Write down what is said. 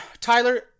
Tyler